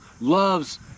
loves